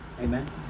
Amen